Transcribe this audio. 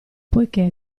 poichè